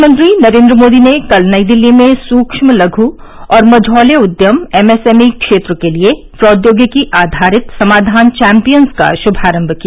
प्रधानमंत्री नरेन्द्र मोदी ने कल नई दिल्ली में सूक्ष्म लघू और मझौले उद्यम एमएसएमई क्षेत्र के लिए प्रौद्योगिकी आधारित समाधान चैम्पियंस का शुभारंभ किया